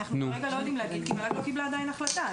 אנחנו כרגע לא יודעים להגיד כי מל"ג לא קיבלה עדיין החלטה.